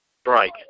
strike